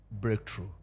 breakthrough